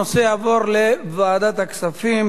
הנושא יעבור לוועדת הכספים.